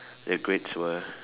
the grades were